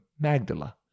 Magdala